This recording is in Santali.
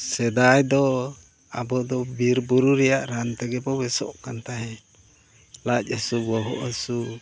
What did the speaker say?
ᱥᱮᱫᱟᱭ ᱫᱚ ᱟᱵᱚ ᱵᱤᱨᱼᱵᱩᱨᱩ ᱨᱮᱭᱟᱜ ᱨᱟᱱ ᱛᱮᱜᱮ ᱵᱚᱱ ᱵᱮᱥᱚᱜ ᱠᱟᱱ ᱛᱟᱦᱮᱸᱫ ᱞᱟᱡ ᱦᱟᱹᱥᱩ ᱵᱚᱦᱚᱜ ᱦᱟᱹᱥᱩ